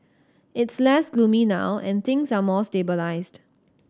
it's less gloomy now and things are more stabilised